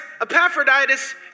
Epaphroditus